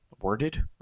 worded